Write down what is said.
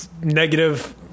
negative